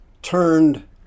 turned